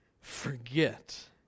forget